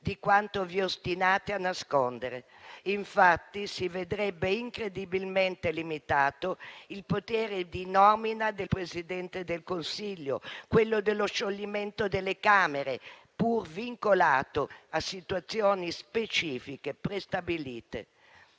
di quanto vi ostinate a nascondere. Infatti si vedrebbe incredibilmente limitato il potere di nomina del Presidente del Consiglio, quello dello scioglimento delle Camere, pur vincolato a situazioni specifiche prestabilite.